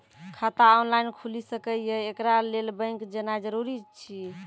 खाता ऑनलाइन खूलि सकै यै? एकरा लेल बैंक जेनाय जरूरी एछि?